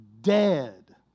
dead